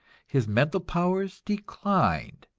his mental powers declined,